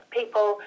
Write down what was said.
people